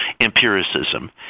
empiricism